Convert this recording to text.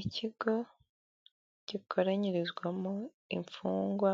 Ikigo gikoranyirizwamo imfungwa,